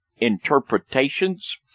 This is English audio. interpretations